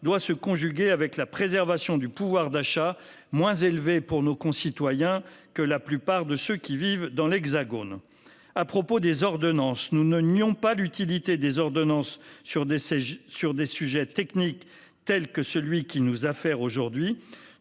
doit se conjuguer avec la préservation du pouvoir d'achat, moins élevé pour nos concitoyens qui y résident que pour la plupart de ceux qui vivent dans l'Hexagone. À propos des ordonnances, nous ne nions pas leur utilité sur des sujets techniques tels que celui qui nous réunit aujourd'hui.